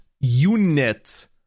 unit